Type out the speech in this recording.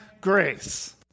grace